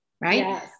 right